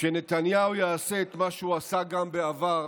שנתניהו יעשה את מה שהוא עשה גם בעבר